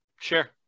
Sure